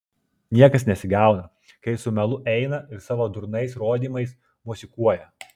niekas nesigauna kai su melu eina ir savo durnais rodymais mosikuoja